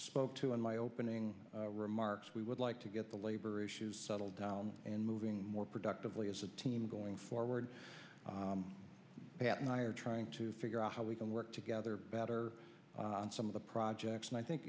spoke to in my opening remarks we would like to get the labor issues settled down and moving more productively as a team going forward and i are trying to figure out how we can work together better on some of the projects and i think